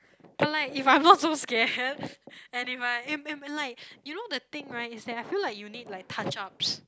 but like if I'm not so scared and if I and and like you know the thing right is that I feel like you need like touch ups